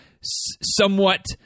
somewhat